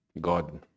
God